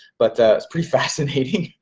but it's pretty fascinating.